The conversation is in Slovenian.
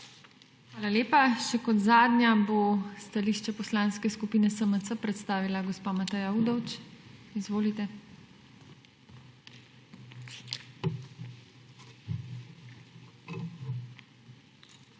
Hvala lepa. Kot zadnja bo stališče Poslanske skupine SMC predstavila gospa Mateja Udovč. Izvolite. MATEJA